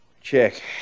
Check